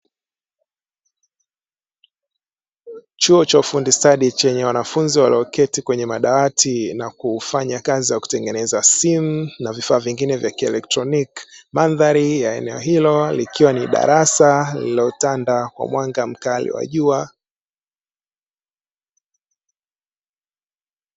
Chuo cha ufundi stadi chenye wanafunzi walioketi kwenye madawati na kufanya kazi ya kutengeneza simu na vifaa vingine vya kielekroniki, mandhari ya eneo hilo likiwa ni darasa lililotanda kwa mwanga mkali wa jua.